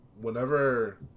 whenever